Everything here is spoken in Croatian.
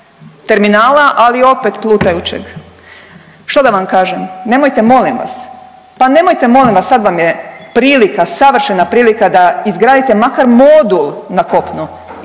terminala, ali opet plutajućeg. Što da vam kažem? Nemojte molim vas, pa nemojte molim vas sad vam je prilika, savršena prilika da izgradite makar modul na kopunu